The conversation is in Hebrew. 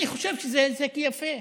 אני חושב שזה יפה.